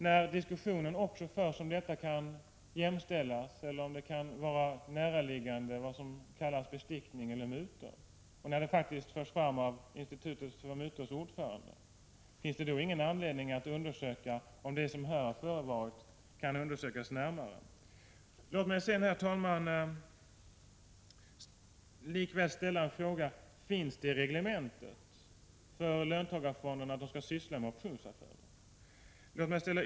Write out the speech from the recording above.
Men eftersom man också diskuterar om det här kan jämställas med eller anses ligga nära vad som kallas bestickning, mutor, och eftersom ordföranden för Institutet mot mutor faktiskt har uttalat sig, uppstår frågan: Finns det ingen anledning att undersöka om det som här förevarit kan undersökas närmare? Låt mig sedan, herr talman, likväl fråga: Står det någonting i reglementet för löntagarfonderna om att dessa skall syssla med optionsaffärer?